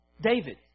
David